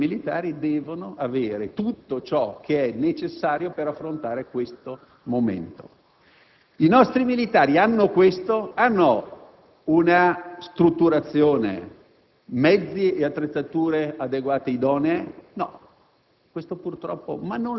Lì, secondo noi, i nostri militari devono avere tutto ciò che è necessario per affrontare tale momento. I nostri militari hanno tutto ciò? Hanno una strutturazione, mezzi idonei e attrezzature adeguate? No,